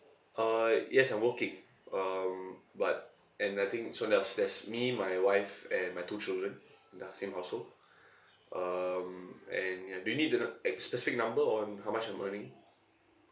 uh yes I'm working um but and I think so now's that's me my wife and my two children in the same household um and ya do you need to kno~ ex~ specific number on how much I'm earning